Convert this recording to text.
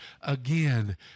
again